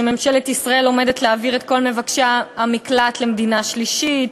שממשלת ישראל עומדת להעביר את כל מבקשי המקלט למדינה שלישית,